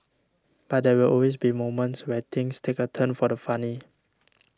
but there will always be moments where things take a turn for the funny